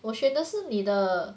我选的是你的